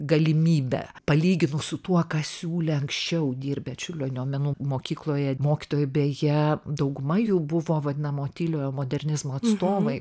galimybę palyginus su tuo ką siūlė anksčiau dirbę čiurlionio menų mokykloje mokytojai beje dauguma jų buvo vadinamo tyliojo modernizmo atstovai